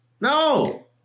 no